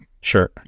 sure